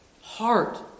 heart